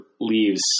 leaves